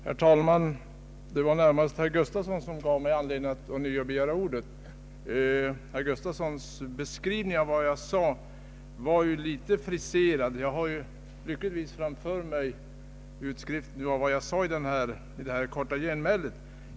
Herr talman! Det var närmast herr Gustafsson som gav mig anledning att ånyo begära ordet. Herr Gustafssons be skrivning av vad jag sade var ju litet friserad. Jag har lyckligtvis framför mig utskriften av vad jag sade i mitt korta genmäle.